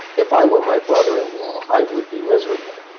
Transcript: if i were my brother-in-law i would be miserable.